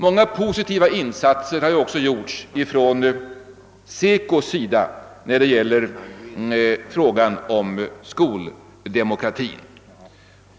Många positiva insatser har också gjorts från SECO:s sida när det gäller frågan om skoldemokrati.